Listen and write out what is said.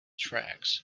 tracks